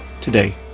today